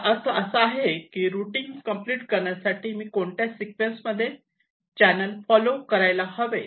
त्याचा अर्थ असा आहे की रुटींग कम्प्लीट करण्यासाठी मी कोणत्या सिक्वेन्स मध्ये चॅनेल फॉलो करायला हवे